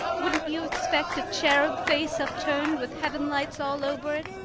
wouldn't you expect a cherub face upturned with heaven-lights all over it?